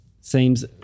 Seems